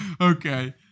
Okay